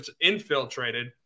infiltrated